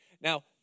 Now